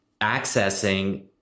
accessing